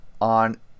on